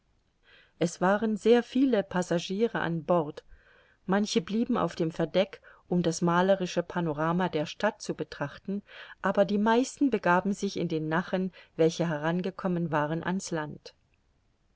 es waren sehr viele passagiere an bord manche blieben auf dem verdeck um das malerische panorama der stadt zu betrachten aber die meisten begaben sich in den nachen welche herangekommen waren an's land